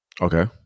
Okay